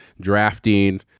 drafting